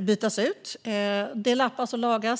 bytas ut. Det lappas och lagas.